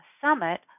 summit